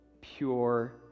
pure